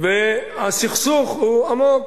והסכסוך הוא עמוק.